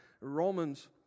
Romans